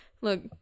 Look